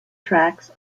tracks